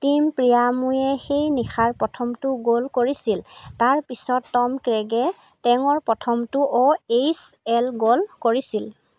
team প্ৰিয়ামোৱে সেই নিশাৰ প্ৰথমটো গ'ল কৰিছিল তাৰ পিছত টম ক্ৰেগে তেওঁৰ প্ৰথমটো অ' এইচ এল গ'ল কৰিছিল